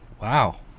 wow